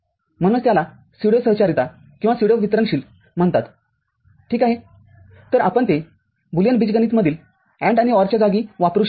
म्हणूनच त्याला स्यूडो सहचारिता किंवा स्यूडो वितरणशीलम्हणतात ठीक आहे तरआपण ते बुलियन बीजगणित मधील AND आणि OR च्या जागी वापरू शकत नाही